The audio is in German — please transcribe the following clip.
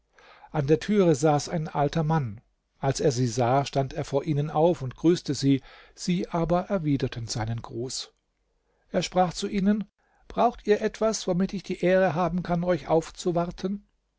an der thüre saß ein alter mann als er sie sah stand er vor ihnen auf und grüßte sie sie aber erwiderten seinen gruß er sprach zu ihnen braucht ihr etwas womit ich die ehre haben kann euch aufzuwarten